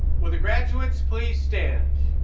will the graduates please stand?